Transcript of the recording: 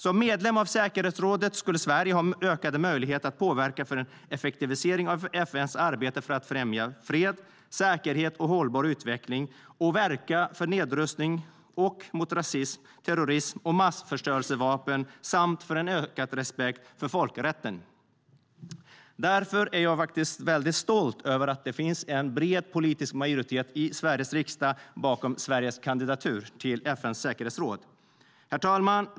Som medlem av säkerhetsrådet skulle Sverige ha ökade möjligheter att påverka en effektivisering av FN:s arbete för att främja fred, säkerhet och hållbar utveckling och verka för nedrustning och mot rasism, terrorism och massförstörelsevapen samt för en ökad respekt för folkrätten. Därför är jag stolt över att det finns en bred politisk majoritet i Sveriges riksdag bakom Sveriges kandidatur till FN:s säkerhetsråd. Herr talman!